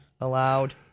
allowed